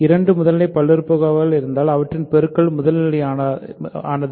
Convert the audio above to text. இரண்டு முதல்நிலை பல்லுறுப்புக்கோவைகள் இருந்தால் அவற்றின் பெருக்கல் முதல்நிலையானது